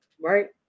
Right